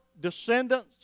descendants